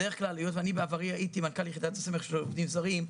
היות ואני בעברי הייתי מנכ"ל יחידת הסמך של עובדים זרים,